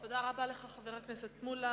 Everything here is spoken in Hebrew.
תודה רבה לך, חבר הכנסת מולה.